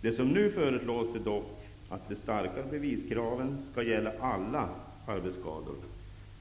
Det som nu föreslås är dock, att de starkare beviskraven skall gälla alla arbetsskador,